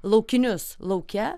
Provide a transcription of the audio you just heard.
laukinius lauke